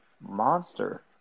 monster